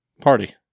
Party